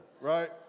right